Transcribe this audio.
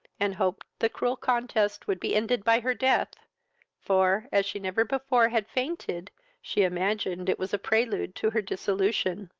and hoped the cruel contest would be ended by her death for, as she never before had fainted she imagined it was a prelude to her dissolution.